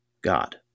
God